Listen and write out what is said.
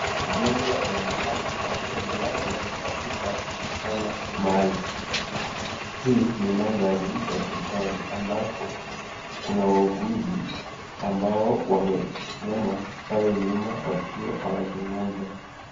Mgonjwa akiwa amelazwa hospitali, kijana anaonekana akiwa amelazwa kitanda maalum, hii ni madhari ya hospitali, ambapo kuna wauguzi, ambao wamesimama pale nyuma wakiwa wanazungumza.